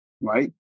right